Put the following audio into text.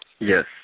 Yes